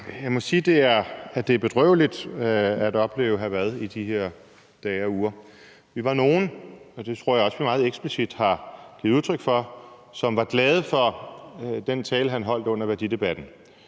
Jeg må sige, at det er bedrøveligt at opleve hr. Frederik Vad i de her dage og uger. Vi var nogle – og det tror jeg også vi meget eksplicit har givet udtryk for – som var glade for den tale, han holdt under værdidebatten,